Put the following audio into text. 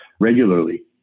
regularly